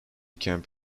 camp